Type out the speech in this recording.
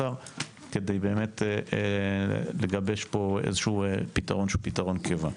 האוצר כדי לגבש פה איזשהו פתרון שהוא פתרון קבע.